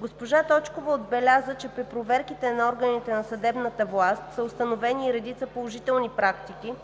Госпожа Точкова отбеляза, че при проверките на органите на съдебната власт са установени и редица положителни практики,